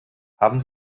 haben